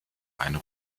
einen